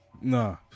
Nah